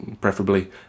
preferably